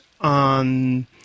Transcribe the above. on